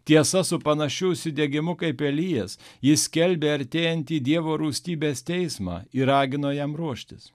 tiesa su panašiu užsidegimu kaip elijas jis skelbė artėjantį dievo rūstybės teismą ir ragino jam ruoštis